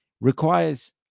requires